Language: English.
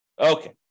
Okay